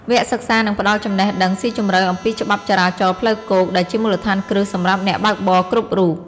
វគ្គសិក្សានឹងផ្ដល់ចំណេះដឹងស៊ីជម្រៅអំពីច្បាប់ចរាចរណ៍ផ្លូវគោក ដែលជាមូលដ្ឋានគ្រឹះសម្រាប់អ្នកបើកបរគ្រប់រូប។